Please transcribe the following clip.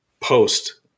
post